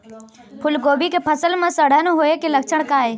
फूलगोभी के फसल म सड़न होय के लक्षण का ये?